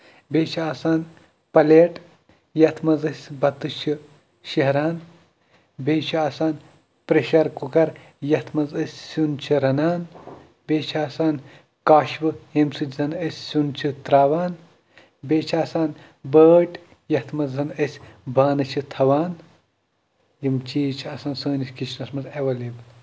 بیٚیہِ چھِ آسان پَلیٹ یَتھ منٛز یَتھ منٛز أسۍ بَتہٕ چھِ شہران بیٚیہِ چھُ آسان پریشر کُکر یَتھ منٛز أسۍ سیُن چھِ رَنان بیٚیہِ چھُ آسان کاشوٕ ییٚمہِ سۭتۍ زن أسۍ سیُن چھِ تراوان بیٚیہِ چھُ آسان بٲٹۍ یَتھ منٛز زَن أسۍ بانہٕ چھِ تھاوان یِم چیٖز چھِ آسان سٲنِس کِچنَس منٛز ایٚولیبٕل